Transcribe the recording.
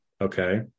Okay